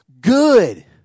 Good